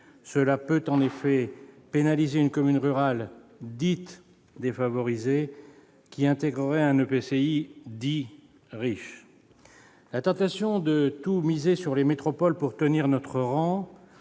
Cela peut en effet pénaliser une commune rurale dite « défavorisée » qui intégrerait un EPCI dit « riche ». La tentation de tout miser sur les métropoles pour tenir notre rang